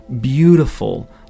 beautiful